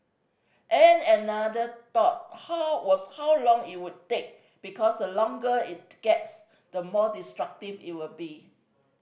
and another thought how was how long it would take because the longer it gets the more destructive it will be